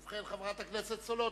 ובכן, חברת הכנסת סולודקין,